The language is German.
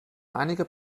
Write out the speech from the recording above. einige